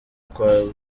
kwa